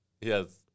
Yes